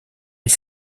les